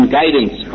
guidance